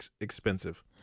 expensive